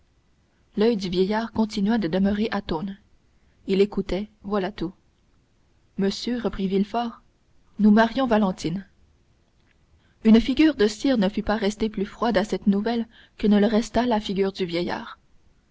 l'oeil du vieillard continua de demeurer atone il écoutait voilà tout monsieur reprit villefort nous marions valentine une figure de cire ne fût pas restée plus froide à cette nouvelle que ne resta la figure du vieillard